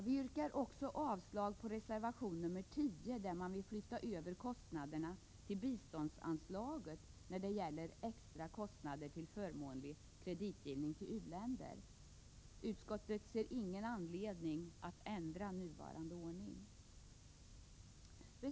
Vi yrkar också avslag på reservation 10, där man vill flytta över kostnaderna till biståndsanslaget när det gäller extra kostnader för förmånlig kreditgivning till u-länder. Utskottet ser ingen anledning att ändra nuvarande ordning.